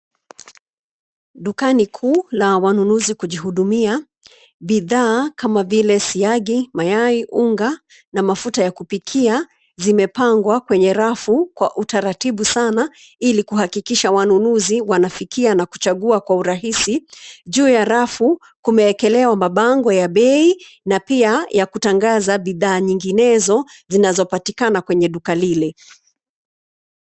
Dukani kuu la wanunuzi kujihudumia, bidhaa kama vile siagi, mayai, unga na mafuta ya kupikia zimepangwa kwenye rafu kwa utaratibu sana ili kuhakikisha wanunuzi wanafikia na kuchagua kwa urahisi. Juu ya rafu, kumeekelewa mabango ya bei na pia ya kutangaza bidhaa nyinginezo zinazopatikana kwenye duka lile.